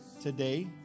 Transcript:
Today